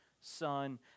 son